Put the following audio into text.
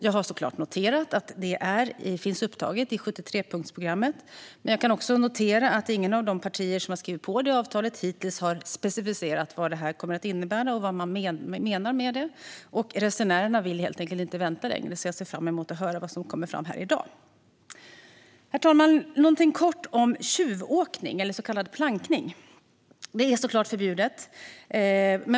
Jag har såklart noterat att det finns upptaget i 73-punktsprogrammet, men jag noterar också att inget av de partier som har skrivit på avtalet hittills har specificerat vad man menar med det och vad det kommer att innebära. Men resenärerna vill inte vänta längre, så jag ser fram emot att höra vad som kommer fram här i dag. Herr talman! Låt mig säga något kort om tjuvåkning, så kallad plankning. Det är förstås förbjudet.